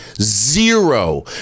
zero